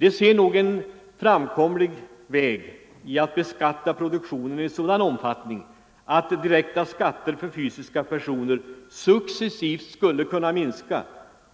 De ser nog en framkomlig väg vara att beskatta produktionen i sådan omfattning att den direkta beskattningen av fysiska personer successivt skulle kunna minska